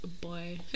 boy